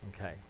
Okay